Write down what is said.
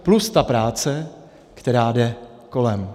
Plus ta práce, která jde kolem.